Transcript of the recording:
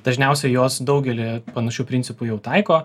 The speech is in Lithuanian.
dažniausiai jos daugelį panašių principų jau taiko